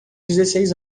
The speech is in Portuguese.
dezesseis